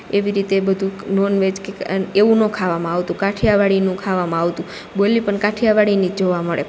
એવી રીતે બધું નોનવેજ કે એવું નો ખાવામાં આવતું કાઠિયાવાડીનું ખાવામાં આવતું બોલી પણ કાઠિયાવાડીની જ જોવા મળે